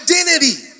identity